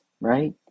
right